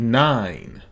nine